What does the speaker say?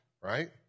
right